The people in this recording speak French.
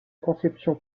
conception